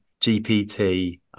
GPT